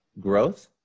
Growth